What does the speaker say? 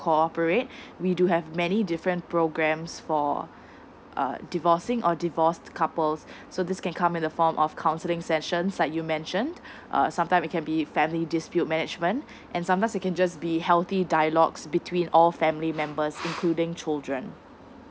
cooperate we do have many different programs for uh divorcing or divorced couples so this can come in the form of counseling sessions like you mentioned uh sometime it can be family dispute management and sometimes it can just be healthy dialogues between all family members including children